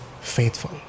faithful